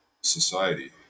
society